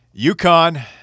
UConn